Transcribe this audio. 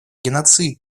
геноцид